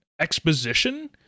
exposition